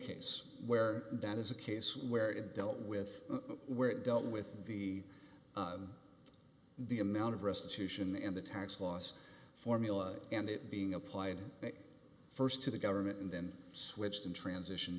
case where that is a case where it dealt with where it dealt with the the amount of restitution in the tax loss formula and it being applied first to the government and then switched in transition